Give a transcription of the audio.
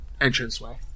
entranceway